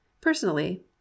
Personally